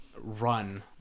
run